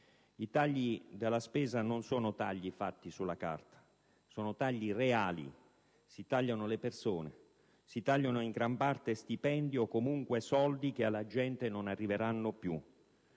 i tagli della spesa non sono fatti sulla carta, sono reali. Si tagliano le persone, si tagliano in gran parte stipendi, o comunque soldi che alla gente non arriveranno più.